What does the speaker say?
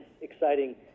exciting